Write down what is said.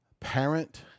parent